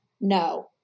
No